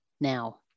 now